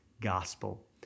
gospel